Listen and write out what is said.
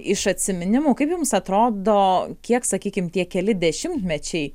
iš atsiminimų kaip jums atrodo kiek sakykim tie keli dešimtmečiai